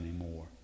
anymore